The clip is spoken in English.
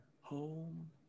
home